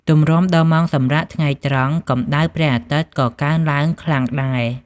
ទម្រាំដល់ម៉ោងសម្រាកថ្ងៃត្រង់ កម្ដៅព្រះអាទិត្យក៏កើនឡើងខ្លាំងដែរ។